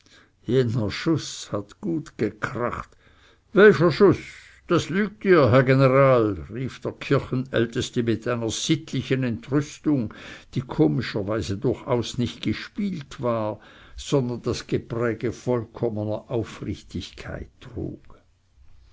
schuß hat gut gekracht welcher schuß das lügt ihr herr general rief der kirchenälteste mit einer sittlichen entrüstung die komischerweise durchaus nicht gespielt war sondern das gepräge vollkommener aufrichtigkeit trug